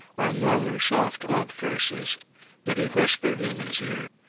or murmur soft love curses but he whispered in his ear.